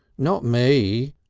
not me,